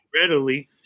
readily